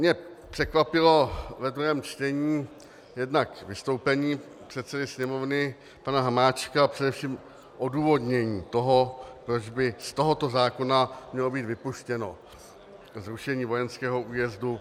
Mě překvapilo ve druhém čtení jednak vystoupení předsedy Sněmovny pana Hamáčka a především odůvodnění toho, proč by z tohoto zákona mělo být vypuštěno zrušení vojenského újezdu Brdy.